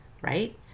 Right